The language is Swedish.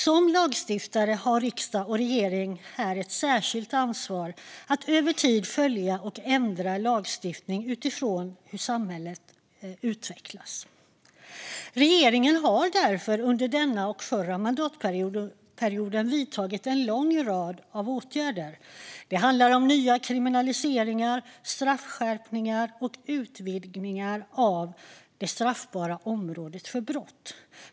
Som lagstiftare har riksdag och regering ett särskilt ansvar att över tid följa och ändra lagstiftning utifrån hur samhället utvecklas. Regeringen har därför under denna och förra mandatperioden vidtagit en lång rad åtgärder. Det handlar om nya kriminaliseringar, straffskärpningar och utvidgningar av det straffbara området för brott.